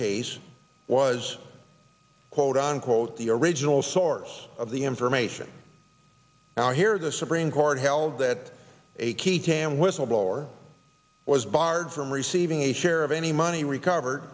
case was quote unquote the original source of the information now here the supreme court held that a key tam whistleblower was barred from receiving a share of any money recover